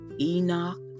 Enoch